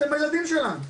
אתם הילדים שלנו.